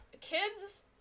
kids